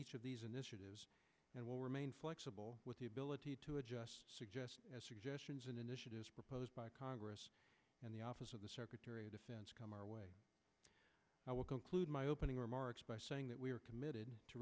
each of these initiatives and will remain flexible with the ability to adjust as suggestions and initiatives proposed by congress and the office of the secretary of defense come our way i will conclude my opening remarks by saying that we are committed to